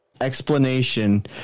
Explanation